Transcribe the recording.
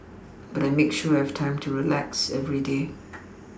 but I make sure I have time to relax every day